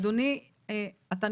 בוקר טוב.